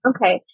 Okay